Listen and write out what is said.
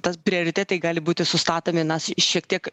tas prioritetai gali būti sustatomi na šiek tiek